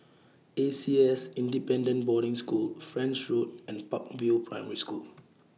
A C S Independent Boarding School French Road and Park View Primary School